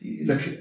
look